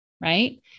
right